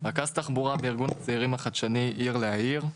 רכז תחבורה בארגון הצעירים החדשני עיר להעיר,